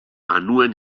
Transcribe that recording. anuen